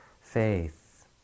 faith